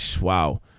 wow